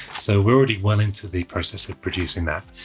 so, we're already well into the process of producing that.